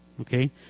okay